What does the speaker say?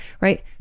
right